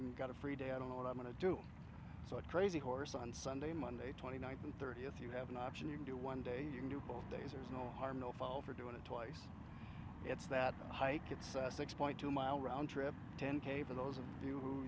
i'm got a free day i don't know what i'm going to do so a crazy horse on sunday monday twenty ninth and thirtieth you have an option you can do one day you can do both days there's no harm no foul for doing it twice it's that hike it's a six point two mile round trip ten k for those